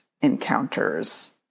encounters